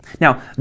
Now